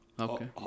okay